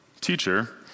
teacher